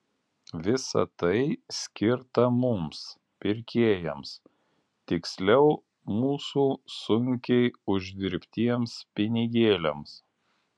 visa tai skirta mums pirkėjams tiksliau mūsų sunkiai uždirbtiems pinigėliams